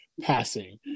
passing